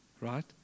Right